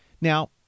Now